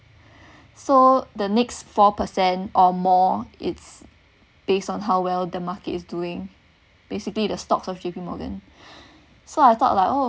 so the next four percent or more it's based on how well the market is doing basically the stocks of J_P morgan so I thought like oh